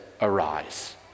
arise